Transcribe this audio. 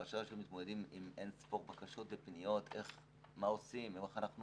הרשויות מתמודדות עם אין-ספור בקשות ופניות מה עושים ואיך אנחנו